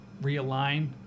realign